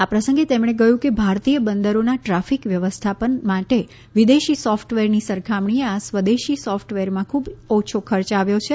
આ પ્રસંગે તેમણે કહ્યું કે ભારતીય બંદરોના ટ્રાફિક વ્યવસ્થાપન માટે વિદેશી સોફટવેરની સરખામણીએ આ સ્વદેશી સોફટવેરમાં ખૂબ ઓછો ખર્ચ આવ્યો છે